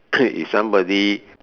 if somebody